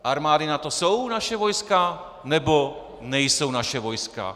Armády NATO jsou naše vojska, nebo nejsou naše vojska?